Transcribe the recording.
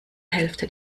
hälfte